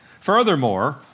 Furthermore